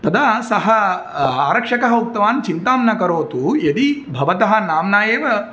तदा सः आरक्षकः उक्तवान् चिन्तां न करोतु यदि भवतः नाम्ना एव